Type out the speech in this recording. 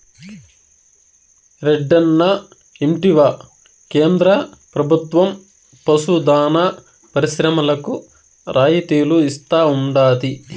రెడ్డన్నా ఇంటివా కేంద్ర ప్రభుత్వం పశు దాణా పరిశ్రమలకు రాయితీలు ఇస్తా ఉండాది